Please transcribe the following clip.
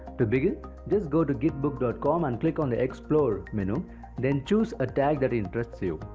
to begin, just go to gitbook dot com and click on the explore menu then choose a tag that interests you.